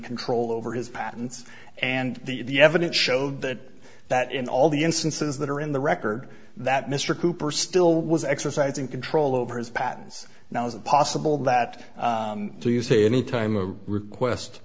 control over his patents and the evidence showed that that in all the instances that are in the record that mr cooper still was exercising control over his patterns now is it possible that to say anytime a request